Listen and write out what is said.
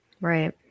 Right